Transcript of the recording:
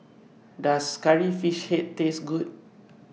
Does Curry Fish Head Taste Good